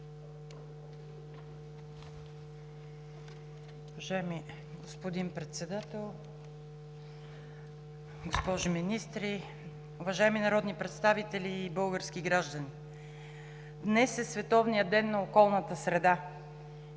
Днес е Световният ден на околната среда.